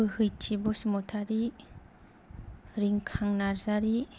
Bohaithi Basumatary Rinkhang Narzary